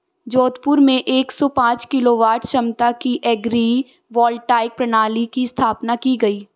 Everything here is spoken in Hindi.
जोधपुर में एक सौ पांच किलोवाट क्षमता की एग्री वोल्टाइक प्रणाली की स्थापना की गयी